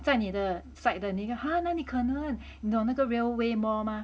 在你的 side 的那个 !huh! 哪里可能你懂那个 railway mall